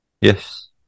Yes